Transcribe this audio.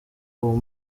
uwo